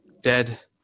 Dead